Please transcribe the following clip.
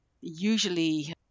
usually